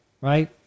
right